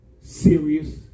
serious